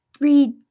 read